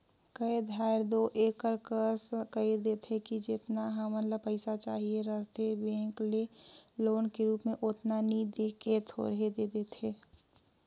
कए धाएर दो एकर कस कइर देथे कि जेतना हमन ल पइसा चाहिए रहथे बेंक ले लोन के रुप म ओतना नी दे के थोरहें दे देथे